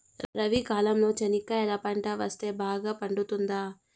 రబి కాలంలో చెనక్కాయలు పంట వేస్తే బాగా పండుతుందా?